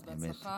אז בהצלחה,